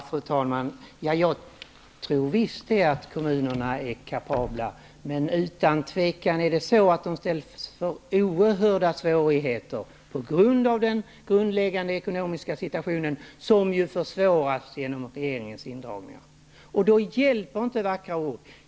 Fru talman! Jag tror visst att kommunerna är kapabla, men de ställs utan tvivel inför oerhörda svårigheter på grund av den grundläggande ekonomiska situationen, som ju försvåras genom regeringens indragningar. Då hjälper inte vackra ord.